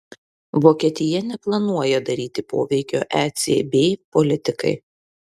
vokietija neplanuoja daryti poveikio ecb politikai